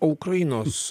o ukrainos